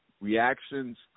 reactions